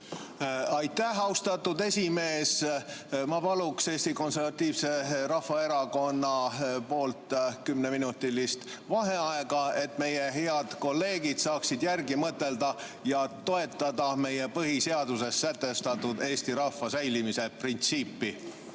Aitäh, austatud esimees! Ma palun Eesti Konservatiivse Rahvaerakonna nimel kümneminutilist vaheaega, et meie head kolleegid saaksid järele mõelda ja toetada põhiseaduses sätestatud eesti rahvuse säilimise printsiipi.